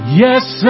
yes